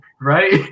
right